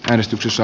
äänestyksessä